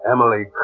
Emily